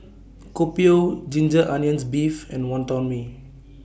Kopi O Ginger Onions Beef and Wonton Mee